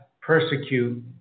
persecute